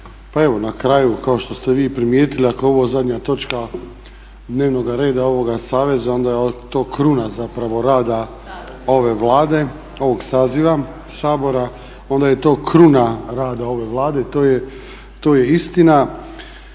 pa evo na kraju kao što ste vi primijetili ako je ovo zadnja točka dnevnoga reda ovoga saveza onda je to kruna zapravo rada ove Vlade, ovog saziva Sabora, onda je to kruna rada ova Vlade i to je istina.